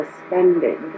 suspended